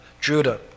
Judah